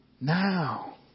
now